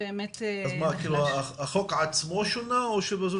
באמת --- החוק עצמו שונה או שזו פשוט